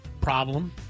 problem